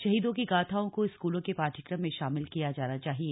शहीदों की गाथाओं को स्कूलों के पाठ्यक्रम में शामिल किया जाना चाहिए